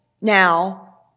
now